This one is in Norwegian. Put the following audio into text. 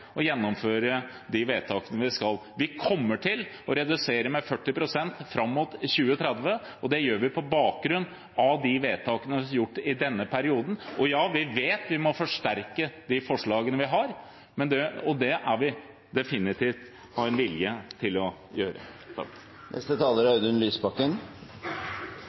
å gjennomføre de vedtakene vi skal. Vi kommer til å redusere med 40 pst. fram mot 2030, og det gjør vi på bakgrunn av de vedtakene som er fattet i denne perioden, og ja, vi vet vi må forsterke de forslagene vi har, og det har vi definitivt vilje til å gjøre.